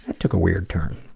took a weird turn.